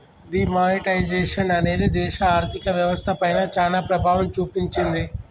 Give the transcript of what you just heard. D monetisation అనేది దేశ ఆర్ధిక వ్యవస్థ పైన చానా ప్రభావం చూపించింది